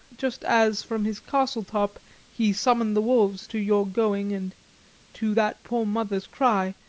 just as from his castle top he summon the wolves to your going and to that poor mother's cry,